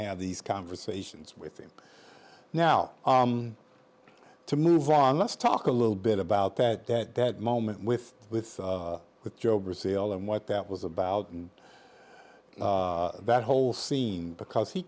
have these conversations with him now to move on let's talk a little bit about that that that moment with with the job or sale and what that was about and that whole scene because he